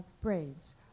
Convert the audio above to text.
Braids